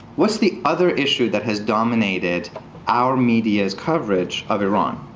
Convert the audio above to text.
what's the other issue that has dominated our media's coverage of iran?